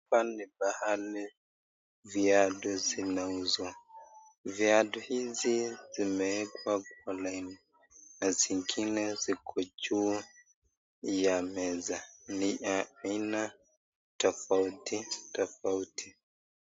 Hapa ni pahali viatu zinauzwa. Viatu hizi zimeekwa kwa laini na zingine ziko juu ya meza. Ni ya aina tofauti tofauti.